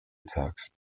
attacks